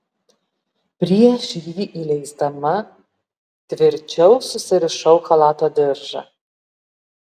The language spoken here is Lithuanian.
prieš jį įleisdama tvirčiau susirišau chalato diržą